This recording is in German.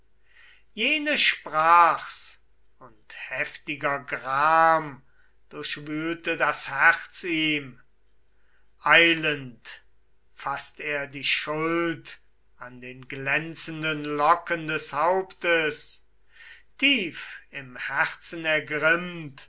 jene sprach's und heftiger gram durchwühlte das herz ihm eilend faßt er die schuld an den glänzenden locken des hauptes tief im herzen ergrimmt